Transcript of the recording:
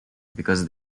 because